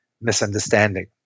misunderstanding